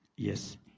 Yes